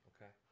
Okay